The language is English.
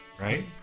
Right